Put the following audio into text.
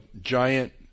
giant